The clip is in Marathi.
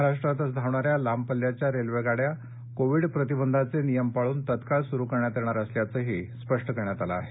महाराष्ट्रातच धावणाऱ्या लांब पल्ल्याच्या रेल्वेगाड्या कोविड प्रतिबंधाचे नियम पाळून तात्काळ सुरु करण्यात येणार असल्याचही स्पष्ट करण्यात आलं आहे